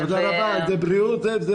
זה בריאות?